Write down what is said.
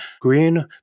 Green